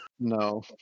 No